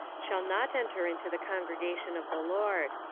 shall not enter into the congregation of the lord.